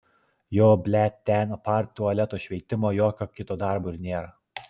jo blet ten apart tualeto šveitimo jokio kito darbo ir nėra